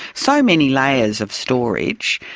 so many layers of storage.